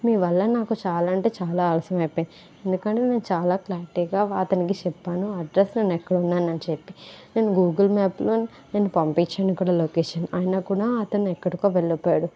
మీ వల్ల నాకు చాలా అంటే చాలా ఆలస్యం అయిపోయింది ఎందుకంటే నేను చాలా క్లారిటీగా అతనికే చెప్పాను అడ్రస్ నేను ఎక్కడ ఉన్నాను అని చెప్పి నేను గూగుల్ మ్యాప్లో పంపించాను కూడా లొకేషన్ అయినా కూడా అతను ఎక్కడికో వెళ్లిపోయాడు